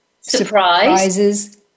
surprises